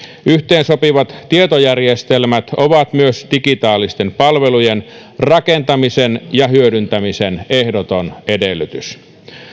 yhteensopivat tietojärjestelmät ovat myös digitaalisten palvelujen rakentamisen ja hyödyntämisen ehdoton edellytys